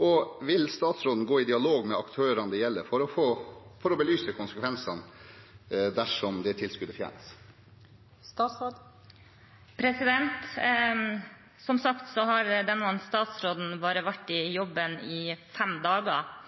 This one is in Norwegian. og vil statsråden gå i dialog med aktørene det gjelder, for å belyse konsekvensene dersom det tilskuddet fjernes? Som sagt har denne statsråden bare vært i jobben i fem dager.